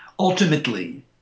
Ultimately